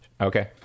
okay